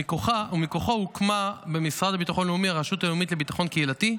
ומכוחו הוקמה במשרד לביטחון לאומי הרשות הלאומית לביטחון קהילתי,